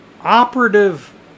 operative